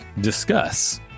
Discuss